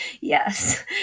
Yes